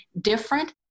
different